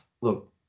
Look